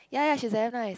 ya ya she's very nice